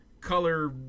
color